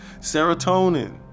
serotonin